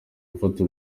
gufata